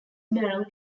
barrel